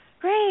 Great